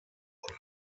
wurde